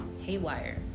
haywire